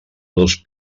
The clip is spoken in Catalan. dos